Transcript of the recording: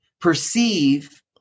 perceive